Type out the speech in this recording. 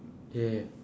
yeah